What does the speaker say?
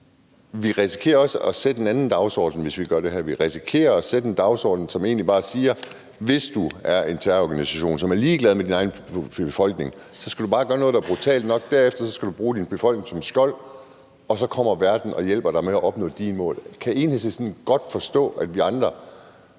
risikerer at sætte en anden dagsorden, hvis vi gør det her. Vi risikerer at sætte en dagsorden, som egentlig bare siger: Hvis du er en terrororganisation, som er ligeglad med din egen befolkning, skal du bare gøre noget, der brutalt nok, og derefter skal du bruge din befolkning som skjold, og så kommer verden og hjælper dig med at opnå de i mål. Kan Enhedslisten godt forstå, at vi andre